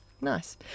Nice